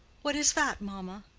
what is that, mamma?